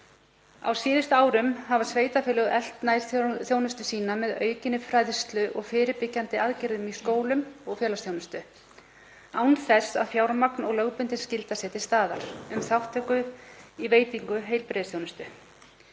Á síðustu árum hafa sveitarfélög eflt nærþjónustu sína með aukinni fræðslu og fyrirbyggjandi aðgerðum í skólum og félagsþjónustu án þess að fjármagn og lögbundin skylda sé til staðar um þátttöku í veitingu heilbrigðisþjónustu.